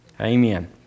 Amen